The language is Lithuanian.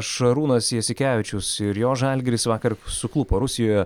šarūnas jasikevičius ir jo žalgiris vakar suklupo rusijoje